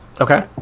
Okay